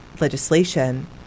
legislation